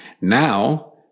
Now